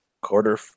Quarter